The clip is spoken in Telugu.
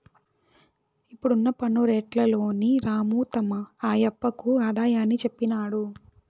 ఇప్పుడున్న పన్ను రేట్లలోని రాము తమ ఆయప్పకు ఆదాయాన్ని చెప్పినాడు